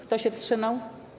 Kto się wstrzymał?